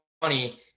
funny